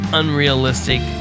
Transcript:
unrealistic